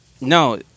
No